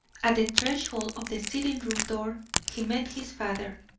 at the threshold of the sitting-room door he met his father.